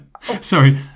sorry